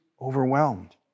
overwhelmed